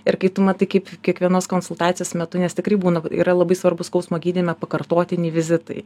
ir kai tu matai kaip kiekvienos konsultacijos metu nes tikrai būna yra labai svarbu skausmo gydyme pakartotiniai vizitai